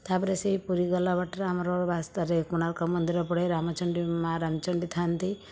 ତା'ପରେ ସେହି ପୁରୀ ଗଲା ବାଟରେ ଆମର ରାସ୍ତାରେ କୋଣାର୍କ ମନ୍ଦିର ପଡ଼େ ରାମଚଣ୍ଡୀ ମା' ରାମଚଣ୍ଡୀ ଥାଆନ୍ତି